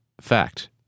Fact